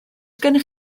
gennych